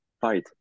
fight